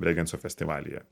brėgenco festivalyje